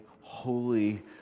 holy